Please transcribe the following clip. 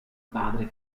padre